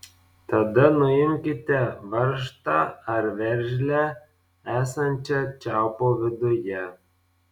tada nuimkite varžtą ar veržlę esančią čiaupo viduje